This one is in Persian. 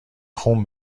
خون